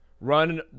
run